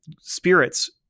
spirits